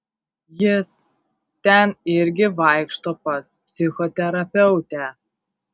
jis ten irgi vaikšto pas psichoterapeutę